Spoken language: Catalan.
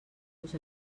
los